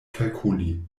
kalkuli